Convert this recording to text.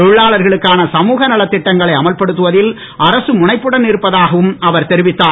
தொழிலாளர்களுக்கான சமூக நலத் திட்டங்களை அமல்படுத்துவதில் அரசு முனைப்புடன் இருப்பதாகவும் அவர் தெரிவித்தார்